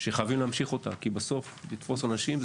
וחייבים להמשיך אותה כי בסוף היא עוסקת בלתפוס אנשים.